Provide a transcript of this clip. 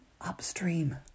upstream